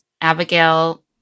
Abigail